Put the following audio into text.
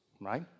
Right